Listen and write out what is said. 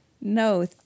No